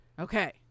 Okay